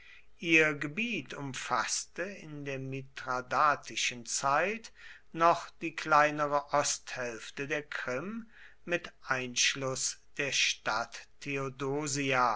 ihr gebiet umfaßte in der mithradatischen zeit noch die kleinere osthälfte der krim mit einschluß der stadt